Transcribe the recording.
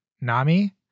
nami